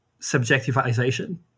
subjectivization